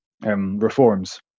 reforms